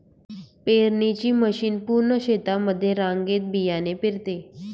पेरणीची मशीन पूर्ण शेतामध्ये रांगेत बियाणे पेरते